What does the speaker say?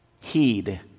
heed